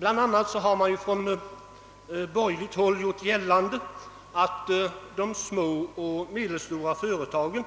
Bl.a. har man från borgerligt håll gjort gällande att de små och medelstora företager: